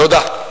תודה.